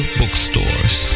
bookstores